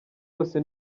wose